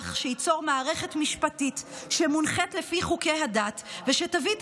במהלך שייצור מערכת משפטית שמונחית לפי חוקי הדת ותביא את